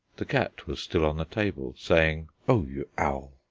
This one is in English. the cat was still on the table saying o you owl!